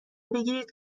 بگیرید